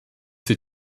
sie